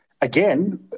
Again